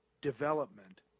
development